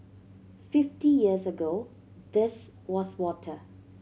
fifty years ago this was water